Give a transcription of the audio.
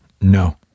No